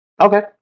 Okay